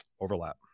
overlap